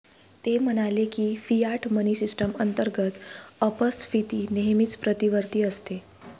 ते म्हणाले की, फियाट मनी सिस्टम अंतर्गत अपस्फीती नेहमीच प्रतिवर्ती असते